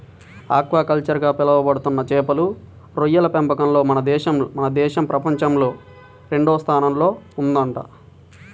aquaculture గా పిలవబడుతున్న చేపలు, రొయ్యల పెంపకంలో మన దేశం ప్రపంచంలోనే రెండవ స్థానంలో ఉందంట